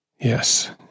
Yes